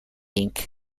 inc